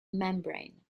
membrane